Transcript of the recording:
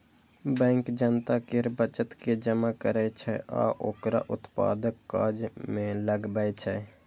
bank जनता केर बचत के जमा करै छै आ ओकरा उत्पादक काज मे लगबै छै